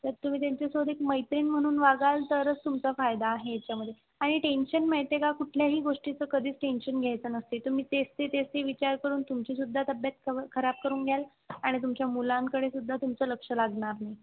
तर तुम्ही त्यांच्यासोबत एक मैत्रीण म्हणून वागाल तरंच तुमचा फायदा आहे त्यामध्ये आणि टेन्शन माहिती आहे का कुठल्याही गोष्टीचं कधीच टेन्शन घ्यायचं नसते तुम्ही तेच ते तेच ते विचार करून तुमचीसुद्धा तब्येत सर्व खराब करून घ्याल आणि तुमच्या मुलांकडे सुद्धा तुमचं लक्ष लागणार नाही